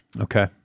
okay